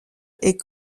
est